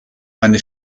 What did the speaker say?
eine